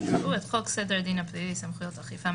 יקראו את חוק סדר הדין הפלילי (סמכויות אכיפה,